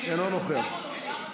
אינו נוכח.